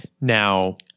Now